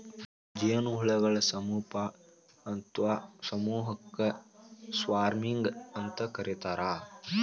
ಜೇನುಹುಳಗಳ ಸುಮಪು ಅತ್ವಾ ಸಮೂಹಕ್ಕ ಸ್ವಾರ್ಮಿಂಗ್ ಅಂತ ಕರೇತಾರ